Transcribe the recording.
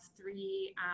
three